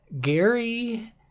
Gary